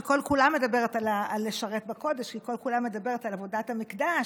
שכל-כולה מדברת על לשרת בקודש כי כל-כולה מדברת על עבודת המקדש,